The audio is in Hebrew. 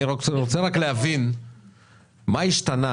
מה השתנה